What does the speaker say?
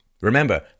remember